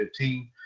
2015